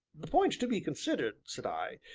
the point to be considered, said i,